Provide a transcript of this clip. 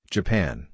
Japan